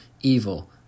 evil